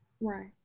Right